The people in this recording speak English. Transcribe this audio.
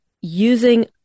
using